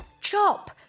Chop